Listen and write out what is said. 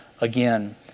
again